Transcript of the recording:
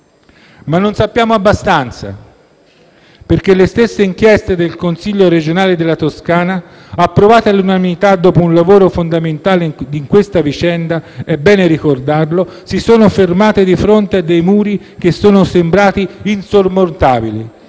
ma non sappiamo abbastanza perché le stesse inchieste del Consiglio regionale della Toscana, approvate all'unanimità dopo un lavoro fondamentale in questa vicenda - è bene ricordarlo - si sono fermate di fronte a dei muri che sono sembrati insormontabili.